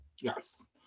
Yes